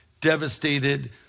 devastated